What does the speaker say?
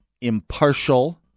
impartial